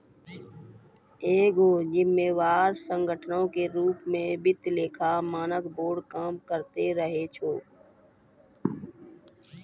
एगो जिम्मेवार संगठनो के रुपो मे वित्तीय लेखा मानक बोर्ड काम करते रहै छै